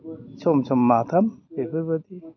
सम सम माथाम बेफोरबायदि